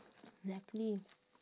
luckily